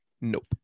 Nope